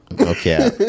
Okay